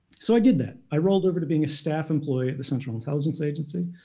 so i did that. i rolled over to being a staff employee at the central intelligence agency.